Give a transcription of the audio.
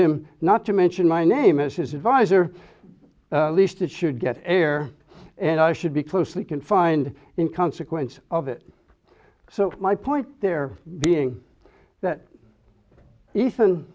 him not to mention my name as his advisor least that should get air and i should be closely confined in consequence of it so my point there being that e